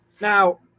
Now